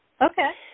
Okay